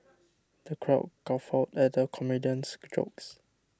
the crowd guffawed at the comedian's jokes